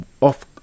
off